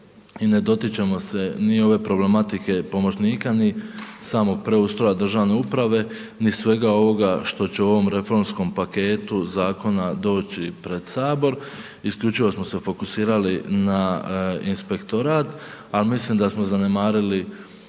i ne dotičemo se ni ove problematike pomoćnika ni samog preustroja državne uprave, ni svega ovoga što će u ovom reformskom paketu zakona doći pred Sabor. Isključivo smo se fokusirali na inspektorat, ali mislim da smo zanemarili,